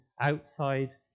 outside